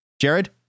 Jared